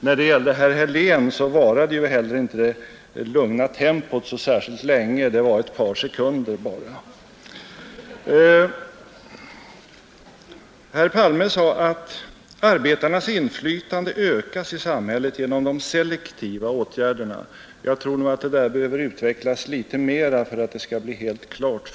När det gäller herr Helén varade ju inte heller det lugna tempot så särskilt länge — det var bara ett par sekunder! Herr Palme sade att arbetarnas inflytande i samhället ökas genom de selektiva åtgärderna. Jag tror nog att det där behöver utvecklas litet mer för att det skall bli klart.